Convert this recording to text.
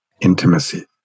intimacy